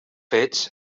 fets